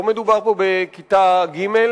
לא מדובר פה בכיתה ג',